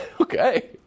Okay